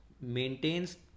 maintains